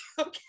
Okay